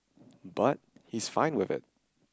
but he's fine with it